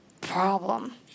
problem